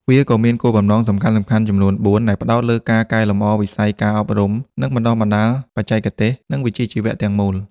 វាក៏មានគោលបំណងសំខាន់ៗចំនួន ៤ ដែលផ្តោតលើការកែលម្អវិស័យការអប់រំ និងបណ្តុះបណ្តាលបច្ចេកទេស និងវិជ្ជាជីវៈទាំងមូល។